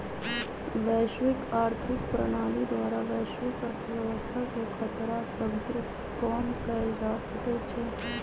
वैश्विक आर्थिक प्रणाली द्वारा वैश्विक अर्थव्यवस्था के खतरा सभके कम कएल जा सकइ छइ